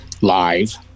live